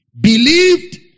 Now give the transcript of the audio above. Believed